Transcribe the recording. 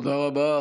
תודה רבה.